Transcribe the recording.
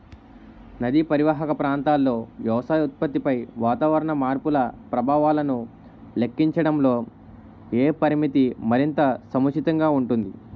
నదీ పరీవాహక ప్రాంతంలో వ్యవసాయ ఉత్పత్తిపై వాతావరణ మార్పుల ప్రభావాలను లెక్కించడంలో ఏ పరామితి మరింత సముచితంగా ఉంటుంది?